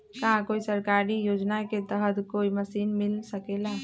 का कोई सरकारी योजना के तहत कोई मशीन मिल सकेला?